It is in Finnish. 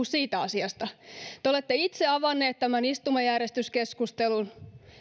siitä asiasta te olette itse avanneet tämän istumajärjestyskeskustelun